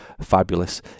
fabulous